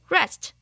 Rest